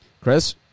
Chris